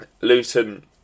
Luton